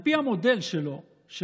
על פי המודל של אוברטון,